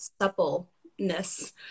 suppleness